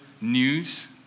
news